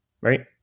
Right